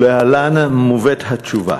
ולהלן התשובה: